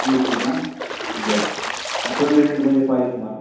ए C का बरं कोणत्या रेंटमध्ये पाहिजे तुम्हाला